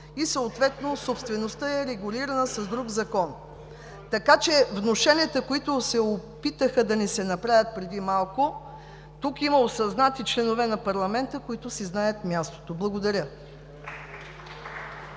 и съответно собствеността е регулирана с друг закон. Така че внушенията, които се опитаха да ни се направят преди малко… Тук има осъзнати членове на парламента, които си знаят мястото. Благодаря.